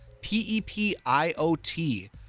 P-E-P-I-O-T